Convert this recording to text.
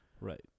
Right